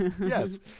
Yes